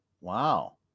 Wow